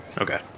Okay